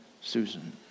Susan